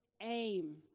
aim